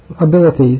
abilities